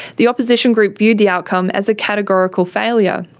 the opposition group viewed the outcome as a categorical failure.